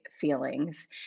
feelings